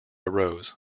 arose